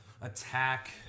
attack